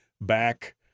back